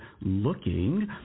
looking